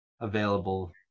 available